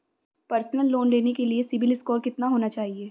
Personal loan लेने के लिए सिबिल स्कोर कितना होना चाहिए?